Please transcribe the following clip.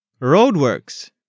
Roadworks